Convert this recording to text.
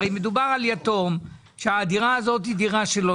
הרי מדובר על יתום שהדירה הזאת היא דירה שלו,